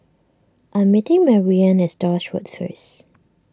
I'm meeting Mariann at Stores Road first